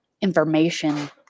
information